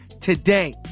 today